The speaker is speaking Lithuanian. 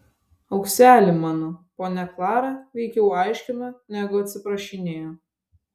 aukseli mano ponia klara veikiau aiškino negu atsiprašinėjo